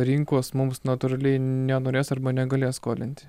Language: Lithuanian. rinkos mums natūraliai nenorės arba negalės skolinti